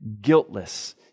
Guiltless